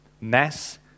Mass